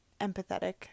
empathetic